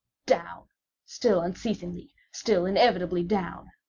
down still unceasingly still inevitably down!